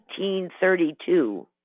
1832